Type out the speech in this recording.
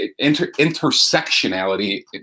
Intersectionality